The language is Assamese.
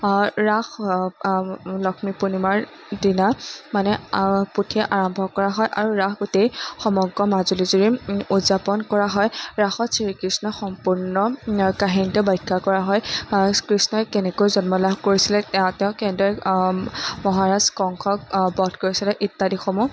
ৰাস লক্ষ্মী পূৰ্ণিমাৰ দিনা মানে আৰম্ভ কৰা হয় আৰু ৰাস গোটেই সমগ্ৰ মাজুলীজুৰী উদযাপন কৰা হয় ৰাসত শ্ৰীকৃষ্ণ সম্পূৰ্ণ কাহিনীতো বাখ্যা কৰা হয় কৃষ্ণই কেনেকৈ জন্ম লাভ কৰিছিলে তেওঁ কেনেদৰে মহাৰাজ কংশক বধ কৰিছিলে ইত্যাদিসমূহ